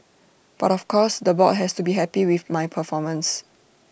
but of course the board has to be happy with my performance